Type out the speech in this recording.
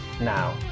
now